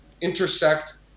intersect